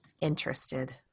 interested